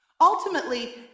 Ultimately